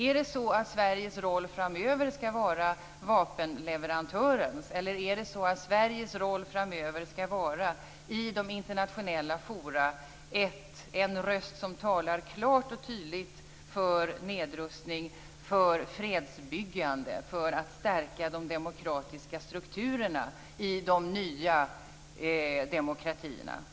Är det så att Sveriges roll framöver skall vara vapenleverantörens, eller är det så att Sveriges roll framöver i de internationella forumen skall vara en röst som talar klart och tydligt för nedrustning, för fredsbyggande och för att stärka de demokratiska strukturerna i de nya demokratierna?